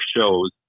shows